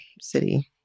city